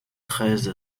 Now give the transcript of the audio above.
treize